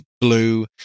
blue